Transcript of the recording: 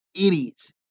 idiots